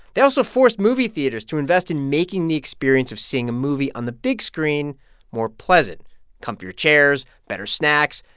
they also forced movie theaters to invest in making the experience of seeing a movie on the big screen more pleasant comfier chairs, better snacks.